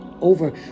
over